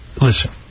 Listen